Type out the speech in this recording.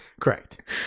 Correct